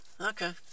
Okay